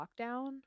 lockdown